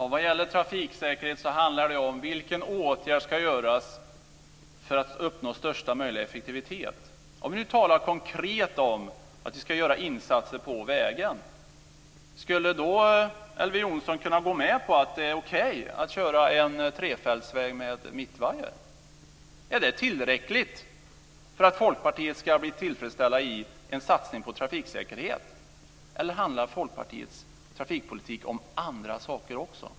Herr talman! Trafiksäkerhet handlar om vilken åtgärd som ska vidtas för att uppnå största möjliga effektivitet. Om vi talar konkret om att vi ska göra insatser på vägen, skulle då Elver Jonsson kunna gå med på att det är okej att köra en trefältsväg med mittvajer? Är det tillräckligt för att Folkpartiet ska bli tillfredsställt med en satsning på trafiksäkerhet, eller handlar Folkpartiets trafikpolitik om andra saker också?